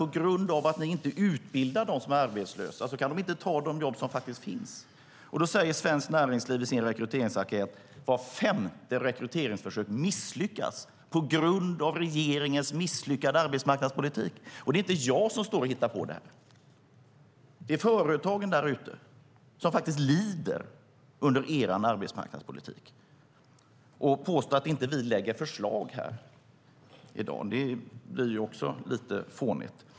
På grund av att ni inte utbildar dem som är arbetslösa kan de inte ta de jobb som faktiskt finns. Det är läget på svensk arbetsmarknad. Enligt Svenskt Näringslivs rekryteringsenkät misslyckas vart femte rekryteringsförsök på grund av regeringens undermåliga arbetsmarknadspolitik. Det är inte jag som hittar på detta, utan företagen lider under er arbetsmarknadspolitik. Att påstå att vi inte lägger fram förslag blir lite fånigt.